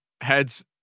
heads